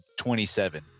27